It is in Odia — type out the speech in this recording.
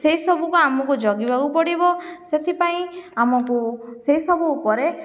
ସେହିସବୁକୁ ଆମକୁ ଜଗିବାକୁ ପଡ଼ିବ ସେଥିପାଇଁ ଆମକୁ ସେହିସବୁ ଉପରେ